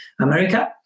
America